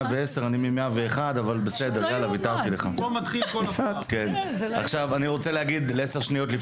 --- אני רוצה להגיד בעשר שניות,